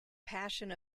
passion